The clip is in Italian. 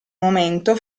momento